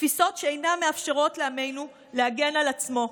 תפיסות שאינן מאפשרות לעמנו להגן על עצמו.